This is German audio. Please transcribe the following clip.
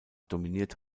dominiert